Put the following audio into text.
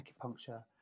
acupuncture